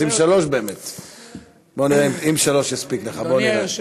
מילאו אותנו בהחלטות ממשלה נוראיות.